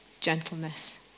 gentleness